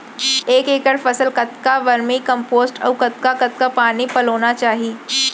एक एकड़ फसल कतका वर्मीकम्पोस्ट अऊ कतका कतका पानी पलोना चाही?